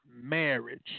marriage